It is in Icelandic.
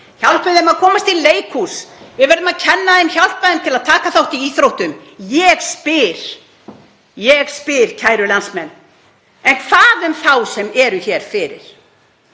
hjálpa þeim að komast í leikhús, við verðum að kenna þeim og hjálpa þeim að taka þátt í íþróttum. Ég spyr, kæru landsmenn: En hvað um þá sem eru hér fyrir?